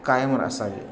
काय असे